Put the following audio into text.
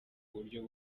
buryo